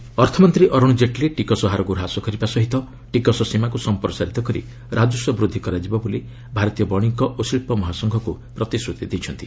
Jaitley tax ଅର୍ଥମନ୍ତ୍ରୀ ଅରୁଣ ଜେଟଲୀ ଟିକସ ହାରକୁ ହ୍ରାସ କରିବା ସହିତ ଟିକସ ସୀମାକୁ ସମ୍ପ୍ରସାରିତ କରି ରାଜସ୍ୱ ବୃଦ୍ଧି କରାଯିବ ବୋଲି ଭାରତୀୟ ବଣିକ ଓ ଶିଳ୍ପ ମହାସଂଘକୁ ପ୍ରତିଶ୍ରତି ଦେଇଛନ୍ତି